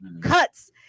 cuts